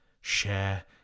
share